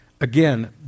Again